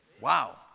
Wow